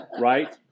right